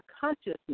consciousness